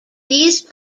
these